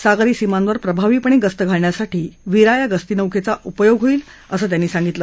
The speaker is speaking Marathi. सागरी सीमांवर प्रभावीपणे गस्त घालण्यासाठी वीरा या गस्तीनौकेचा उपयोग होईल असं त्यांनी सांगितलं